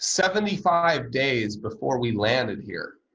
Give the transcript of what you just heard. seventy five days before we landed here,